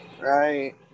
Right